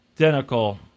Identical